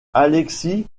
alexis